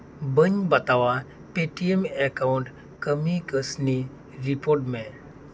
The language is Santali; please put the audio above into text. ᱵᱟᱹᱧ ᱵᱟᱛᱟᱣᱟ ᱯᱮᱴᱤᱮᱢ ᱮᱠᱟᱩᱱᱴ ᱠᱟᱹᱢᱤ ᱠᱟᱹᱥᱱᱤ ᱨᱤᱯᱳᱴ ᱢᱮ